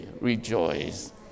rejoice